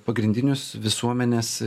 pagrindinius visuomenės